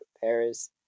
Paris